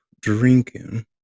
drinking